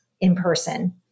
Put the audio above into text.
in-person